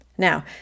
Now